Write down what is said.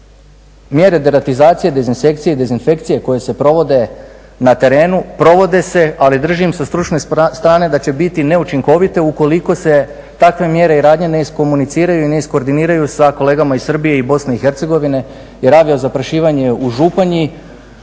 Mjere deratizacije, dezinsekcije i dezinfekcije koje se provode na terenu, provode se, ali držim sa stručne strane da će biti neučinkovite ukoliko se takve mjere i radnje neiskomuniciraju i neiskordiniraju sa kolegama iz Srbije i Bosne i Hercegovine, jer aviozaprašivanje u Županji